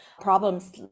Problems